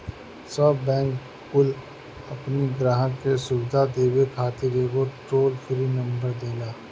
सब बैंक कुल अपनी ग्राहक के सुविधा देवे खातिर एगो टोल फ्री नंबर देला